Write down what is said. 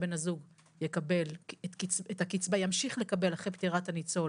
שבן הזוג ימשיך לקבל אחרי פטירת הניצול